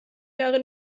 jahre